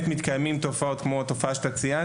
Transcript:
שמתקיימות בו תופעות כמו זו שציינת.